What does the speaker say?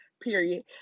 period